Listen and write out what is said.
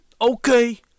Okay